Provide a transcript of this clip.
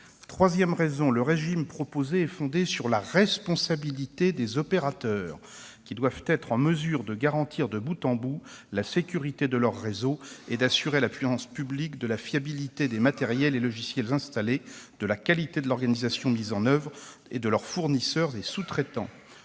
Troisièmement, le régime proposé est fondé sur la responsabilité des opérateurs, qui doivent être en mesure de garantir de bout en bout la sécurité de leurs réseaux et d'assurer la puissance publique de la fiabilité des matériels et logiciels installés, de la qualité de l'organisation mise en oeuvre et de leurs fournisseurs et sous-traitants.